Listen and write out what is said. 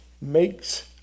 Makes